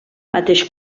mateix